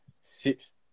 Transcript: Six